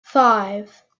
five